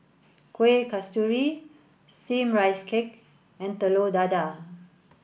Kueh Kasturi steamed rice cake and Telur Dadah